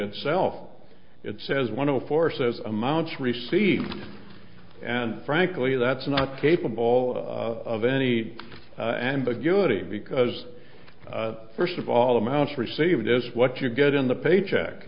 itself it says one of the four says amounts received and frankly that's not capable of any ambiguity because first of all amounts received is what you get in the paycheck